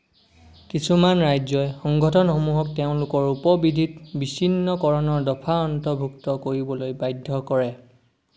কিছুমান ৰাজ্যই সংগঠনসমূহক তেওঁলোকৰ উপ বিধিত বিচ্ছিন্নকৰণৰ দফা অন্তৰ্ভুক্ত কৰিবলৈ বাধ্য কৰে